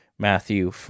Matthew